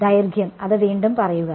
ദൈർഘ്യം അത് വീണ്ടും പറയുക